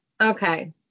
Okay